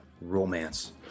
Romance